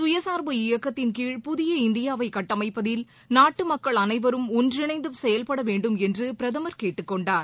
சுயசார்பு இயக்கத்தின்கீழ் புதிய இந்தியாவை கட்டமைப்பதில் நாட்டு மக்கள் அனைவரும் ஒன்றிணைந்து செயல்பட வேண்டும் என்று பிரதமர் கேட்டுக் கொண்டார்